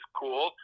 cool